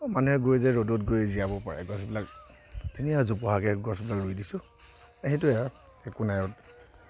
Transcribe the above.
মানুহে গৈ যে ৰ'দত গৈ জিৰাব পাৰে গছবিলাক ধুনীয়া জোপোহাকৈ গছবিলাক ৰুই দিছোঁ এ সেইটোয়ে আৰু একো নাই আৰু